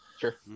sure